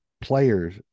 players